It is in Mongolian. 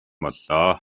боллоо